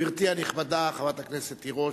גברתי הנכבדה, חברת הכנסת תירוש,